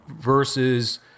versus